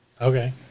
Okay